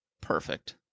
Perfect